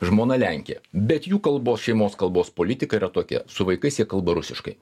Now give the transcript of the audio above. žmona lenkė bet jų kalbos šeimos kalbos politika yra tokia su vaikais jie kalba rusiškai